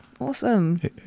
Awesome